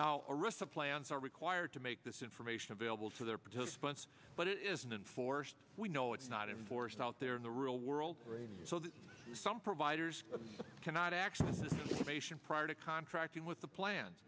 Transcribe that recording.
now arista plans are required to make this information available to their participants but it isn't enforced we know it's not enforced out there in the real world so that some providers cannot access this information prior to contracting with the plan